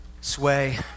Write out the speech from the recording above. sway